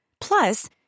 Plus